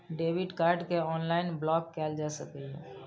debit card कें online block कैल जा सकैए